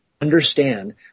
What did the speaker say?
understand